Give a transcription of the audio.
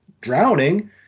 drowning